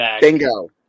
Bingo